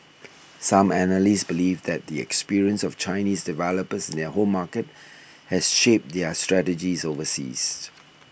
some analysts believe that the experience of Chinese developers their home market has shaped their strategies overseas